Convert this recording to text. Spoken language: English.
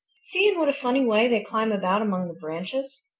see in what a funny way they climb about among the branches.